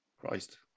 christ